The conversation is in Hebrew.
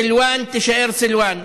סלוואן תישאר סלוואן.